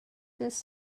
this